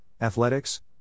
athletics